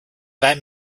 that